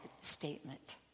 statement